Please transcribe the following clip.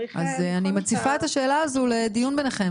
אז אני מציפה את השאלה הזו לדיון ביניכם.